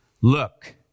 look